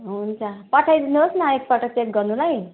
हुन्छ पठाइ दिनुहोस् न एकपल्ट चेक गर्नुलाई